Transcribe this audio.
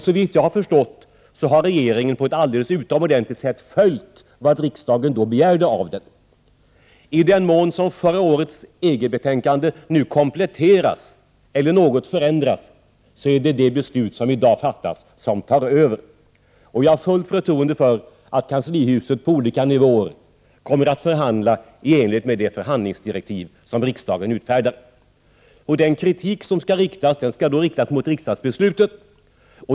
Såvitt jag har förstått har regeringen på ett alldeles utomordentligt sätt följt vad riksdagen då begärde av den. I den mån som förra årets EG-betänkande nu kompletteras eller något förändras, är det det beslut som i dag fattas som tar över. Jag har fullt förtroende för att man i kanslihuset på olika nivåer kommer att förhandla i enighet med det förhandlingsdirektiv som riksdagen utfärdar. Den kritik som kan komma i fråga skall riktas mot riksdagsbeslutet.